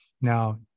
now